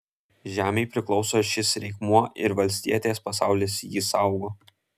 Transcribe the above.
žemei priklauso šis reikmuo ir valstietės pasaulis jį saugo